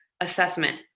assessment